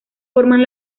forman